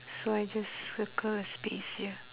so I just circle a space here